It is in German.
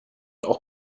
auch